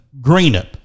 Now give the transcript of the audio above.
Greenup